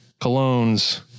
colognes